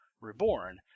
reborn